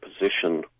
position